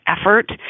effort